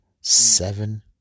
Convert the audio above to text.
seven